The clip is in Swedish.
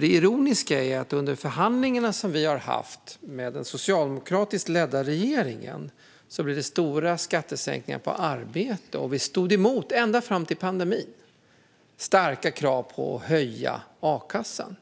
Det ironiska är att efter de förhandlingar som vi hade med den socialdemokratiskt ledda regeringen blev det stora skattesänkningar på arbete. Och vi stod ända fram till pandemin emot starka krav på att höja a-kassan.